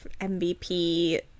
MVP